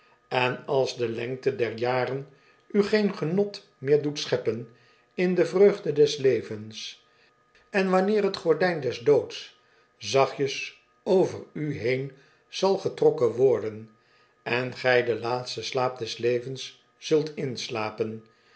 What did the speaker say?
en als de lengte der jaren u geen genot meer doet scheppen in de vreugde des levens en wanneer t gordijn des doods zachtjes over u heen zal getrokken worden en gij den laatsten slaap des levens zult inslapen